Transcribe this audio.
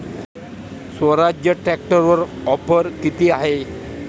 स्वराज्य ट्रॅक्टरवर ऑफर किती आहे?